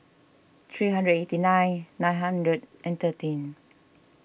three hundred and eighty nine nine hundred and thirteen